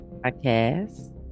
podcast